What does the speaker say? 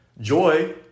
Joy